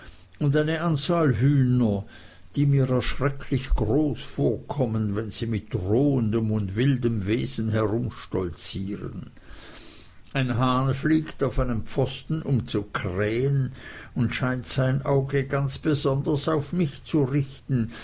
und eine anzahl hühner die mir erschrecklich groß vorkommen wie sie mit drohendem und wildem wesen herumstolzieren ein hahn fliegt auf einen pfosten um zu krähen und scheint sein auge ganz besonders auf mich zu richten